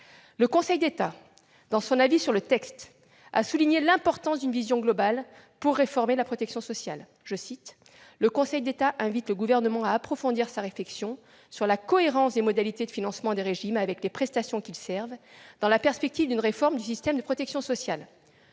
Le Conseil d'État, dans son avis sur le texte, a souligné l'importance d'une vision globale pour réformer la protection sociale :« Le Conseil d'État invite le Gouvernement à approfondir sa réflexion sur la cohérence des modalités de financement des régimes avec les prestations qu'ils servent, dans la perspective d'une réforme du système de protection sociale ».